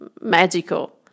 Magical